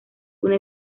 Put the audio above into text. una